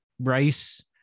rice